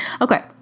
Okay